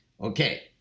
Okay